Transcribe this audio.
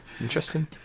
Interesting